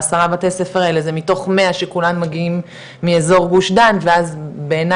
עשרה בתי ספר האלה זה מתוך מאה שכולם מגיעים מאזור גוש דן ואז בעיני